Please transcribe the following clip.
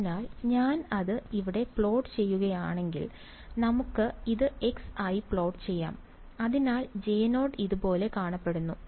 അതിനാൽ ഞാൻ അത് ഇവിടെ പ്ലോട്ട് ചെയ്യുകയാണെങ്കിൽ നമുക്ക് ഇത് x ആയി പ്ലോട്ട് ചെയ്യാം അതിനാൽ J0 ഇതുപോലെ കാണപ്പെടുന്നു